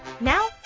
now